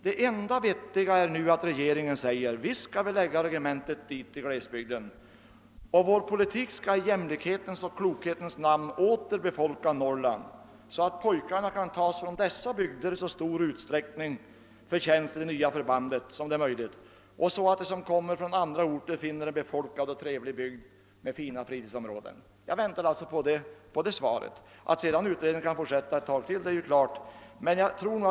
Det enda vettiga är att regeringen nu säger: Visst skall vi förlägga regementet till glesbygden, och vår politik skall i jämlikhetens och klokhetens namn åter befolka Norrland, så att pojkarna kan tas från dessa bygder i stor utsträckning för tjänst i det nya förbandet och så att de pojkar som kommer från andra orter finner en befolkad och trevlig bygd med fina fritidsområden. Jag väntar nu på ett svar på den frågan. Att den pågående utredningen kan fortsätta sitt arbete ytterligare en tid är självklart.